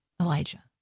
Elijah